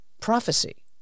prophecy